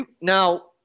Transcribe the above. Now